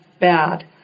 bad